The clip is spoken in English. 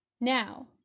now